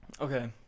Okay